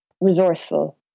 resourceful